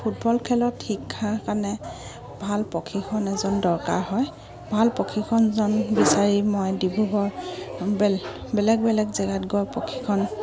football খেলত শিক্ষাৰ কাৰণে ভাল প্ৰশিক্ষক এজন দৰকাৰ হয় ভাল প্ৰশিক্ষকজন বিচাৰি মই ডিব্ৰুগড় বে বেলেগ বেলেগ জেগাত গৈ প্ৰশিক্ষণ